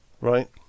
Right